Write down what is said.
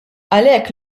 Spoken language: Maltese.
għalhekk